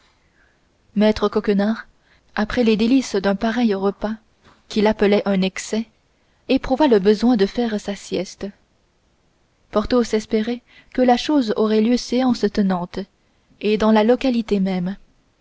maître coquenard après les délices d'un pareil repas qu'il appelait un excès éprouva le besoin de faire sa sieste porthos espérait que la chose aurait lieu séance tenante et dans la localité même